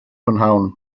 prynhawn